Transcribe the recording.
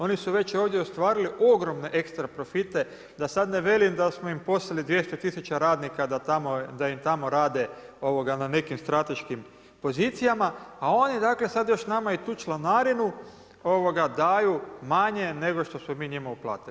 Oni su već ovdje ostvarili ogromne ekstra profite, da sad ne velim da smo im poslali 200 tisuća radnika da tamo, da im tamo rade na nekim strateškim pozicijama a oni dakle sad još nama i tu članarinu daju manje nego što smo mi njima uplatili.